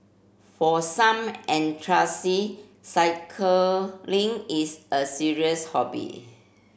for some cycling is a serious hobby